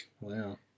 Wow